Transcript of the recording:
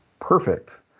perfect